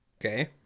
Okay